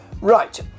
Right